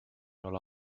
ole